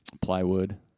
plywood